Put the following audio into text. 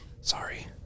Sorry